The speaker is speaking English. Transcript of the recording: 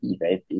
right